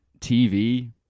tv